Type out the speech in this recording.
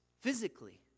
physically